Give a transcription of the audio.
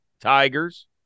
Tigers